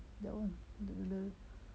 that one the